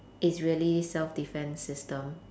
israeli self-defense system